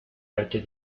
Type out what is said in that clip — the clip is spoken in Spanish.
arte